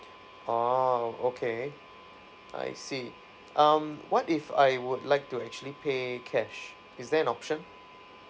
oh okay I see um what if I would like to actually pay cash is there an option